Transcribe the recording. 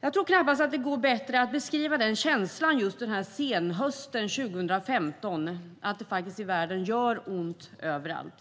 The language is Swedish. Jag tror knappast att det går att bättre att beskriva känslan just den här senhösten 2015, att det faktiskt i världen gör ont överallt.